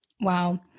Wow